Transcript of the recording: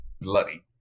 bloody